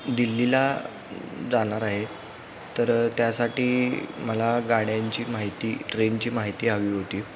दिल्लीला जाणार आहे तर त्यासाठी मला गाड्यांची माहिती ट्रेनची माहिती हवी होती